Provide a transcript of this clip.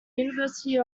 university